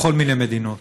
בכל מיני מדינות.